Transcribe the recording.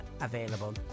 available